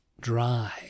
dry